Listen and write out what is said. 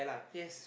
yes